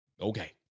Okay